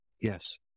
Yes